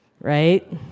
Right